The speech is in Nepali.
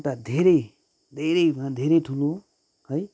एउटा धेरै धेरै भन्दा धेरै ठुलो है